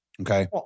Okay